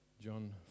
John